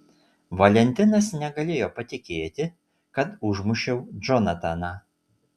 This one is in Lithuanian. valentinas negalėjo patikėti kad užmušiau džonataną